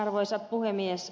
arvoisa puhemies